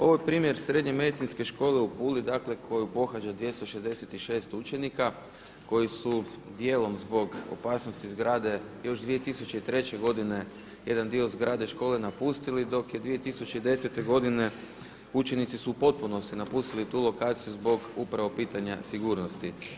Ovo je primjer Srednje medicinske škole u Puli dakle koju pohađa 266. učenika koji su djelom zbog opasnosti zgrade još 2003. godine jedan dio zgrade škole napustili dok je 2010. godine učenici su u potpunosti napustili tu lokaciju zbog upravo pitanja sigurnosti.